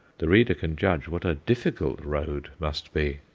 the reader can judge what a difficult road must be.